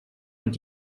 und